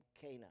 Cana